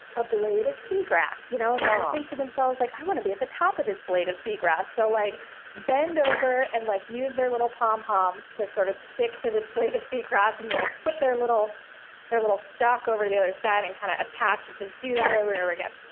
a blade of sea grass, you know and think to themselves, like i want to be at the top of this blade of sea grass. they'll like bend over and like use their little pom-poms to, sort of, stick to the blade of sea grass, and they'll ah flip their little their little stalk over to the other side, and kind of attach, and do that over and over again.